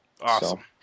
Awesome